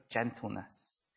gentleness